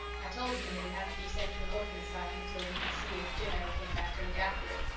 i told min it'd have to be sent to an orphan asylum and till we'd see if jim ever came back to look after it.